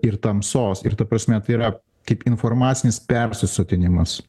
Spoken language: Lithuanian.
ir tamsos ir ta prasme tai yra kaip informacinis persisotinimas